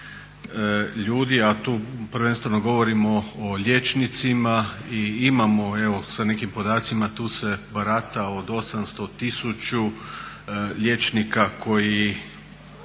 ljudi, a tu prvenstveno govorimo o liječnicima i imamo sa nekim podacima tu se barata od 800, 1000 liječnika koji